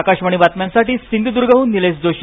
आकाशवाणी बातम्यांसाठी सिंधुदुर्गहून निलेश जोशी